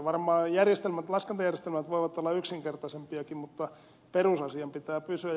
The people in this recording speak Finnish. varmaan laskentajärjestelmät voivat olla yksinkertaisempiakin mutta perusasian pitää pysyä